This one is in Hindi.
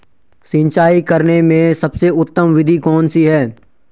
सिंचाई करने में सबसे उत्तम विधि कौन सी है?